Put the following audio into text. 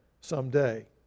someday